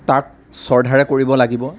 তাক শ্ৰদ্ধাৰে কৰিব লাগিব